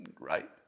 Right